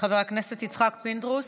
חבר הכנסת יצחק פינדרוס,